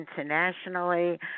internationally